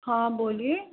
हाँ बोलीए